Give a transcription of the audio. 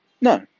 No